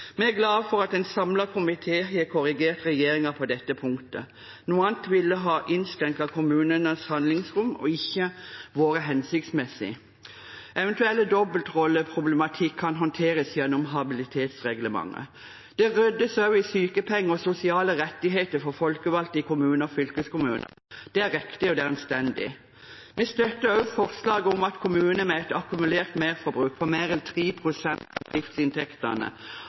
Vi er glad for at en samlet komité har korrigert regjeringen på dette punktet. Noe annet ville ha innskrenket kommunenes handlingsrom og ikke vært hensiktsmessig. Eventuell dobbeltrolleproblematikk kan håndteres gjennom habilitetsreglementet. Det ryddes også i sykepenger og sosiale rettigheter for folkevalgte i kommuner og fylkeskommuner. Det er riktig, og det er anstendig. Vi støtter også forslaget om at kommuner med et akkumulert merforbruk på mer enn 3 pst. av driftsinntektene